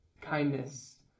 kindness